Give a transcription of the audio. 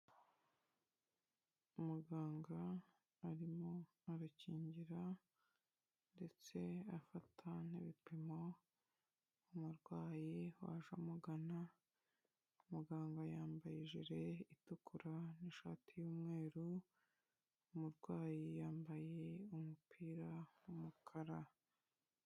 Umuganga arimo arakingira ndetse afata n'ibipimo umurwayi waje amugana, muganga yambaye ijere itukura n'ishati y'umweru, umurwayi yambaye umupira w'umukara.